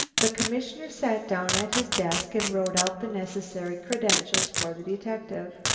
the commissioner sat down at his desk and wrote out the necessary credentials for the detective.